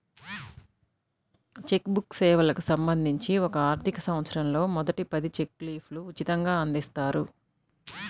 check book సేవలకు సంబంధించి ఒక ఆర్థికసంవత్సరంలో మొదటి పది చెక్ లీఫ్లు ఉచితంగ అందిస్తారు